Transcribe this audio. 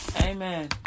Amen